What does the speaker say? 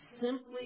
simply